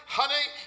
honey